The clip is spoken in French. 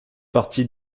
partie